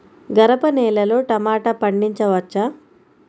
గరపనేలలో టమాటా పండించవచ్చా?